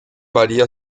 varía